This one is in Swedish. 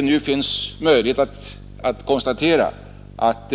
Det finns nu möjlighet att konstatera att